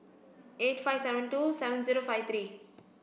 eight five seven two seven zero five three